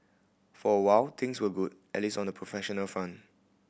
for a while things were good at least on the professional front